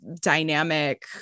dynamic